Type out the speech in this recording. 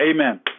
Amen